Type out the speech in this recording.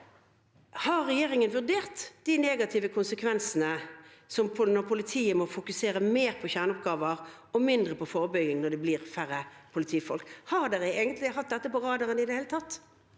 Har regjeringen vurdert de negative konsekvensene av at politiet må fokusere mer på kjerneoppgaver og mindre på forebygging når det blir færre politifolk? Har man egentlig har hatt dette på radaren i det hele tatt?